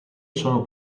sono